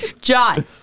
John